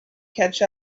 catch